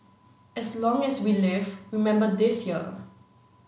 as long as we live remember this year